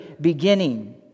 beginning